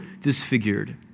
disfigured